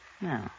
No